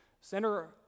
Center